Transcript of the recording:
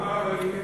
כמה רבנים יש?